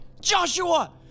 Joshua